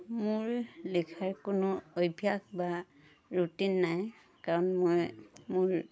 মোৰ লিখাৰ কোনো অভ্যাস বা ৰুটিন নাই কাৰণ মই